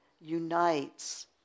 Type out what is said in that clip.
unites